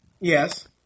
Yes